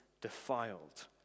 defiled